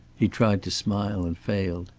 he tried to smile and failed.